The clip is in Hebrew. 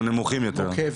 הם נמוכים יותר.